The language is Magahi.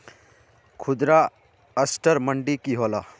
खुदरा असटर मंडी की होला?